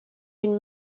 une